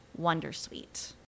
wondersuite